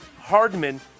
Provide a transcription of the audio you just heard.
Hardman